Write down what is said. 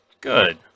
Good